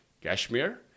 Kashmir